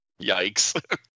Yikes